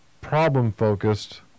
problem-focused